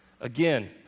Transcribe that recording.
Again